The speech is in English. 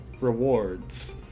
rewards